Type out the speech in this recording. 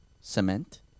cement